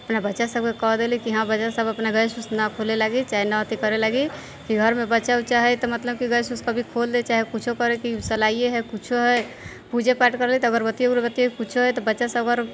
अपना बच्चा सबके कह देली कि हँ बच्चा सब अपना गैस उस नहि खोले लागि चाहे नहि अथी करे लागि कि घरमे बच्चा उच्चा हइ तऽ मतलब कि गैस उस कभी खोल दे चाहे किछु करैके हइ सलाइए हइ किछु हइ पूजे पाठ करबै तऽ अगरबत्ती उगरबत्ती किछु हइ तऽ बच्चा सब अगर